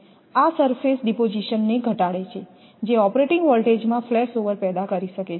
આ surface deposition ને ઘટાડે છે જે ઓપરેટિંગ વોલ્ટેજમાં ફ્લેશ ઓવર પેદા કરી શકે છે